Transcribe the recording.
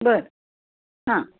बरं हां